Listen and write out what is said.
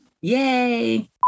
Yay